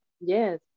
Yes